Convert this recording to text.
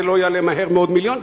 זה לא יעלה מהר מאוד מיליונים,